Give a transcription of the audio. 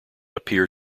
appear